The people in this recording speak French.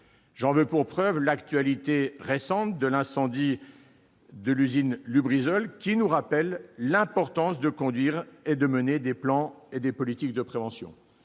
j'en veux pour preuve l'actualité récente de l'incendie de l'usine Lubrizol, qui nous rappelle l'importance des plans et des politiques de prévention.